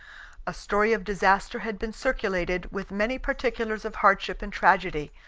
a story of disaster had been circulated, with many particulars of hardship and tragedy,